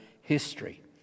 history